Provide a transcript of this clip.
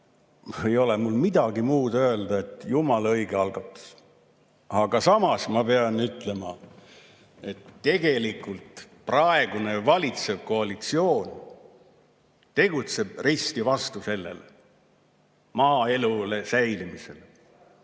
ei ole mul midagi muud öelda kui et jumala õige algatus. Aga samas ma pean ütlema, et tegelikult praegune valitsev koalitsioon tegutseb risti vastu sellele, risti vastu maaelu säilimisele.